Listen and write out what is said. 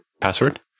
password